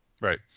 right